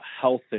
health